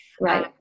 right